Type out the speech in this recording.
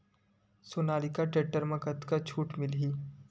Sonalika tractor म कतका छूट मिलही?